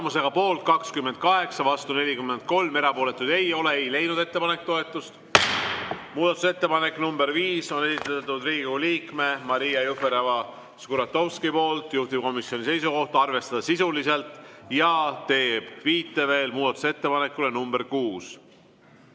Tulemusega poolt 28, vastu 43, erapooletuid ei ole, ei leidnud ettepanek toetust. Muudatusettepaneku nr 5 on esitanud Riigikogu liige Maria Jufereva-Skuratovski. Juhtivkomisjoni seisukoht on arvestada seda sisuliselt ja ta teeb viite veel muudatusettepanekule nr 6.